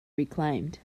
reclaimed